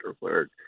word